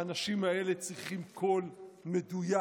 האנשים האלה צריכים קול מדויק,